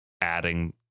adding